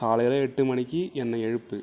காலையில் எட்டு மணிக்கு என்னை எழுப்பு